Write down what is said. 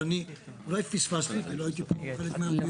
אבל אני אולי פספסתי, כי לא הייתי כאן חלק מהדיון.